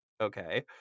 okay